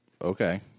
Okay